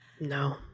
No